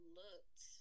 looked